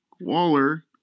Waller